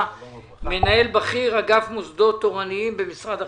מנהל בכיר אגף מוסדות תורניים במשרד החינוך,